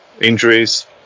Injuries